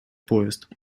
поезд